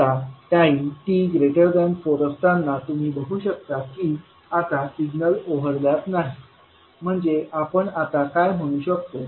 आता time t 4 असताना तुम्ही बघू शकता की आता सिग्नल ओव्हरलॅप नाहीत म्हणजे आपण आता काय म्हणू शकतो